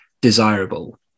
desirable